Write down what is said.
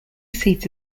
seat